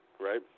right